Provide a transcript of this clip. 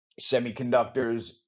semiconductors